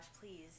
please